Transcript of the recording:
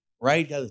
Right